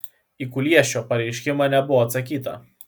į kuliešio pareiškimą nebuvo atsakyta